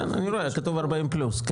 כן אני רואה כתוב 40 פלוס.